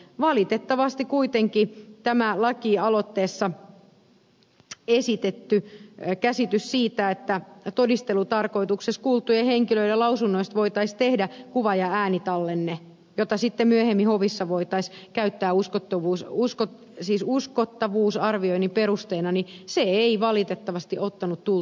valitettavasti kuitenkin tämä lakialoitteessa esitetty käsitys siitä että todistelutarkoituksessa kuultujen henkilöiden lausunnoista voitaisiin tehdä kuva ja äänitallenne jota sitten myöhemmin hovissa voitaisiin käyttää uskottavuusarvioinnin perusteena ei valitettavasti ottanut tulta alleen